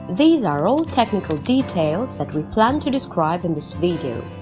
these are all technical details that we planned to describe in this video.